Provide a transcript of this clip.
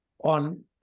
on